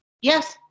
Yes